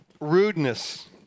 rudeness